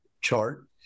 chart